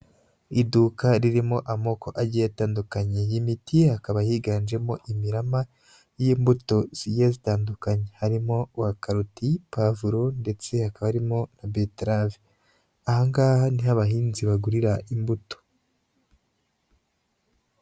Iduka ririmo amoko agiye atandukanye y'imiti hakaba higanjemo imirama y'imbuto zigiye zitandukanye, harimo uwa karoti, pavuro ndetse hakaba harimo na betarave, aha ngaha ni ho abahinzi bagurira imbuto.